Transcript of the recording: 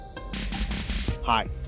Hi